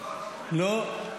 --- לא.